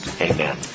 Amen